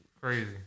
Crazy